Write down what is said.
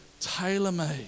tailor-made